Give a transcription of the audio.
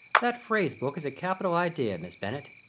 that phrase-book is a capital idea, miss bennet.